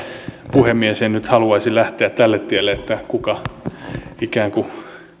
puhemies en nyt haluaisi lähteä tälle tielle kuka